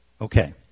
Okay